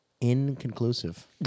inconclusive